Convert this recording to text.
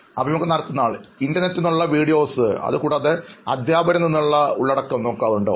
അഭിമുഖം നടത്തുന്നയാൾ ഇൻറർനെറ്റിൽ നിന്നുള്ള വീഡിയോസ് അതുകൂടാതെ അധ്യാപകരിൽ നിന്നുളള ഉള്ളടക്കം നോക്കാറുണ്ടോ